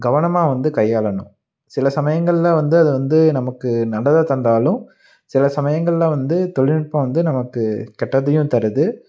கவனமாக வந்து கையாளணும் சில சமயங்களில் வந்து அது வந்து நமக்கு நல்லதை தந்தாலும் சில சமயங்களில் வந்து தொழில்நுட்பம் வந்து நமக்கு கெட்டதையும் தருது